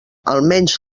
almenys